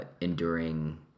enduring